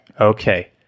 Okay